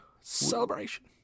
Celebration